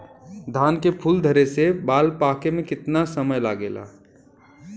धान के फूल धरे से बाल पाके में कितना समय लागेला?